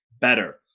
better